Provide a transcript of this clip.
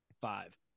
Five